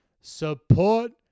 Support